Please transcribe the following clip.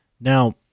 Now